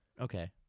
Okay